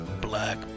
black